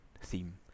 theme